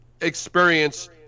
Experience